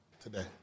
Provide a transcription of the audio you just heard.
today